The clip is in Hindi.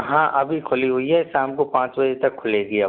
हाँ अभी खुली हुई है शाम को पाँच बजे तक खुलेगी अब